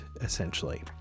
essentially